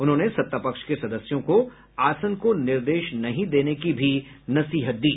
उन्होंने सत्तापक्ष के सदस्यों को आसन को निर्देश नहीं देने की भी नसीहत दी